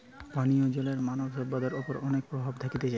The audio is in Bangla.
পানীয় জলের মানব সভ্যতার ওপর অনেক প্রভাব থাকতিছে